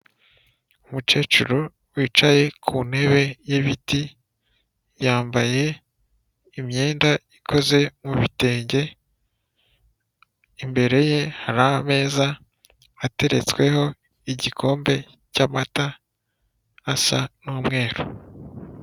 Umucecuru wicaye kuntebe yibiti yambaye imyenda ikoze mubitenge imbere ye harameza ateretsweho igikombe cy'amata asa n'umweru.